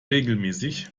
regelmäßig